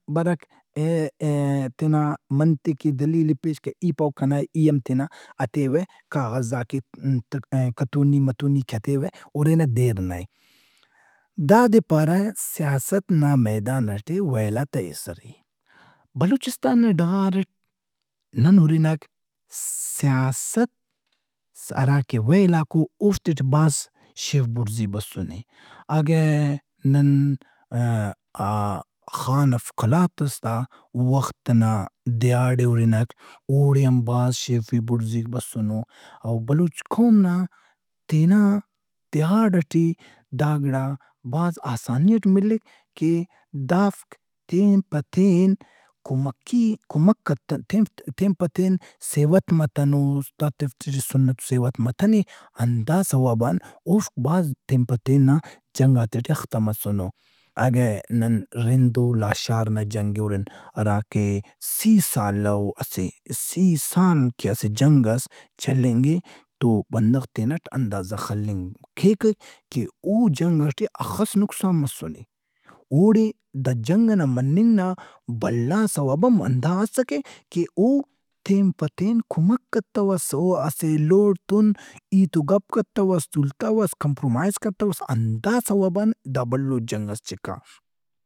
برک ئے- ئے- تینا منطق ئے دلیل ئے پیش کہ ای پاوہ کنا اے ای ہم تیناہتیوہ کاغذاک ئے ت- کت- کتھونی متونیک ئے ہتیوہ ہُرنہ دیرنا اے۔ دادے پارہ سیاست نامیدان ئٹے ویلات آ ایسری۔ بلوچستان نا ڈغارآ نن ہُرنک سیاست ہرا کہ ویلاک او اوفتے ٹے بھاز شیفی بڑزی بسنے۔ اگہ نن ا- آ- خان آف قلاتست آ دیہاڑے ہُرنک اوڑے ہم بھاز شیفی بُڑزیک بسنے او بلوچ قوم نا تینا دیہاڑئٹی دا گڑا بھاز آسانی اٹ ملک کہ دافک تین پتین کمکی کمک کتن- تین پتین سیوت متنوس۔ دافتے ٹے سنت و سیوت متنے۔ ہندا سوب ان اوفک بھاز تین پتین نا جنگاتے ٹے اختہ مسنو۔ اگہ نن رند ولاشارناجنگ ئے ہُرن ہرا سی سالہ ؤ اسہ سی سال کہ اسہ جنگ ئس چلینگہِ تو بندغ تینٹ اندازہ خلنگ کیکک کہ او جنگ ئٹے ہخس نقصان مسنے۔ اوڑے دا جنگ ئنا مننگ نا بھلا سوب ہم ہندا اسکہ کہ او تین پتین کمک کتوس۔ اواسہ ایلوڑتُن ہیت و گپ کتوس، تُولتوس، کمپرومائز کتوس ہندا سوب ان دا بھلو جنگ ئس چِکّاسو۔